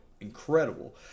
incredible